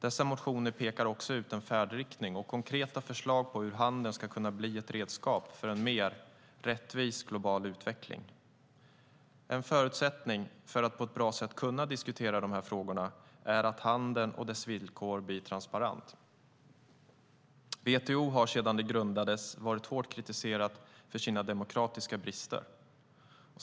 Dessa motioner pekar också ut en färdriktning och innehåller konkreta förslag på hur handeln ska kunna bli ett redskap för en mer rättvis global utveckling. En förutsättning för att på ett bra sätt kunna diskutera handelsfrågor är att handeln och dess villkor blir transparent. WTO har sedan det grundades varit hårt kritiserat för sina demokratiska brister.